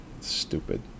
stupid